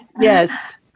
Yes